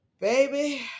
baby